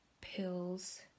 pills